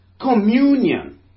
communion